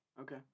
Okay